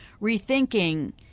rethinking